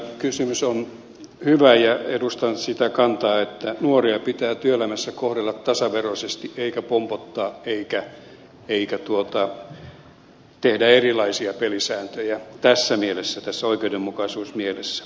edustajan kysymys on hyvä ja edustan sitä kantaa että nuoria pitää työelämässä kohdella tasaveroisesti eikä pompottaa eikä tehdä erilaisia pelisääntöjä tässä mielessä tässä oikeudenmukaisuusmielessä